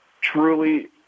truly